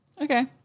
Okay